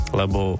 lebo